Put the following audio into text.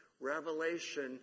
Revelation